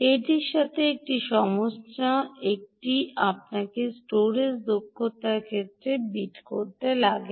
এটির সাথে একটি সমস্যা এটি আপনাকে স্টোরেজ দক্ষতার ক্ষেত্রে সমস্যা বীট লাগে